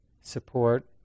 support